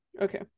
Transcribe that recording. Okay